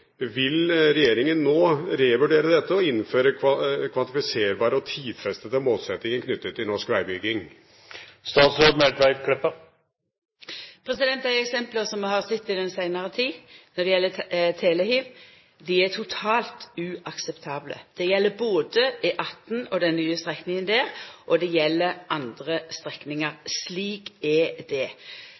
Vil regjeringen nå revurdere dette og innføre kvantifiserbare og tidfestede målsetninger knyttet til norsk vegbygging? Dei eksempla eg har sett i den seinare tid når det gjeld telehiv, er totalt uakseptable. Det gjeld både E18 og den nye strekninga der, og det gjeld andre strekningar. Slik er det.